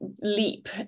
leap